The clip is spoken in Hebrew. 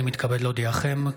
אני מתכבד להודיעכם,